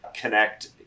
connect